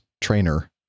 trainer